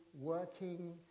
working